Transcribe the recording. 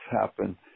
happen